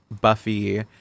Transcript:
Buffy